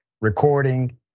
recording